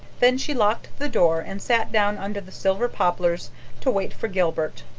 then she locked the door and sat down under the silver poplar to wait for gilbert,